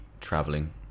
traveling